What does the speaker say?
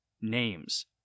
names